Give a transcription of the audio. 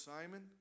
Simon